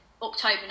October